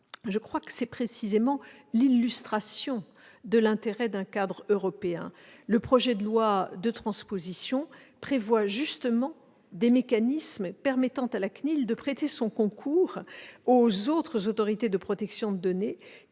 J'y vois précisément l'illustration de l'intérêt d'un cadre européen. Le projet de loi de transposition prévoit justement des mécanismes permettant à la CNIL de prêter son concours aux autres autorités de protection de données